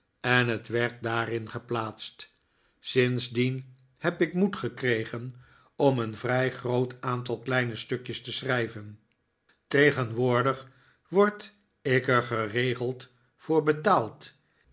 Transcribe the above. en het werd daarin geplaatst sindsdien heb ik moed gekregen om een vrij groot aantal kleine stukjes te schrijven tegenwoordig word ik er geregeld voor betaald